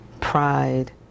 Pride